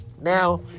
Now